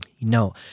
No